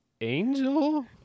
angel